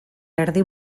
erdi